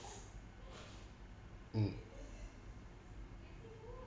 mm